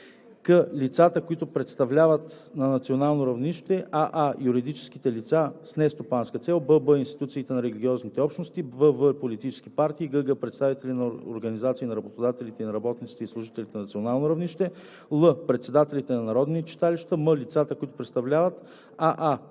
к) лицата, които представляват на национално равнище: аа) юридически лица с нестопанска цел; бб) институции на религиозни общности; вв) политически партии; гг) представителни организации на работодателите и на работниците и служителите на национално равнище; л) председателите на народни читалища; м) лицата, които представляват: аа)